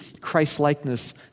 Christlikeness